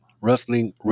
Wrestling